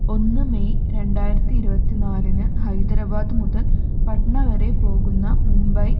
ഒന്ന് മെയ് രണ്ടായിരത്തി ഇരുപത്തിനാലിന് ഹൈദരാബാദ് മുതൽ പട്ന വരെ പോകുന്ന മുംബൈ